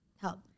help